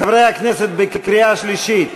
חברי הכנסת, בקריאה שלישית,